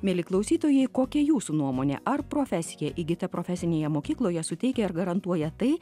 mieli klausytojai kokia jūsų nuomonė ar profesija įgyta profesinėje mokykloje suteikia ir garantuoja tai